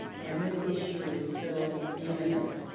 and this issue is so imminent.